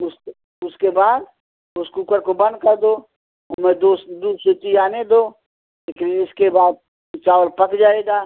उसके उसके बाद उस कूकर को बंद कर दो उसमें दो से तीन सीटी आने दो लेकिन इसके बाद तो चावल पक जाएगा